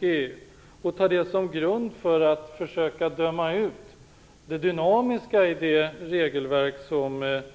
EU och ta det som grund för att försöka döma ut det dynamiska i EU:s regelverk.